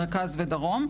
המרכז והדרום,